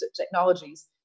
technologies